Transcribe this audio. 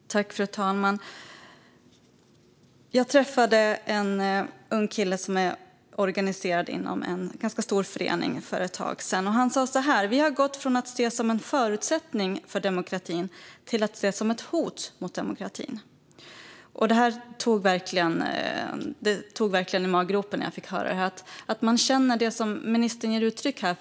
Fru talman! För ett tag sedan träffade jag en ung kille som är organiserad inom en ganska stor förening. Han sa: Vi har gått från att ses som en förutsättning för demokratin till att ses som ett hot mot demokratin. Det kändes verkligen i maggropen när jag fick höra det. De känner det som ministern här ger uttryck för.